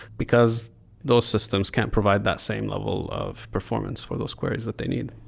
because those systems can't provide that same level of performance for those queries that they need